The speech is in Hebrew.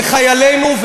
וחיילינו,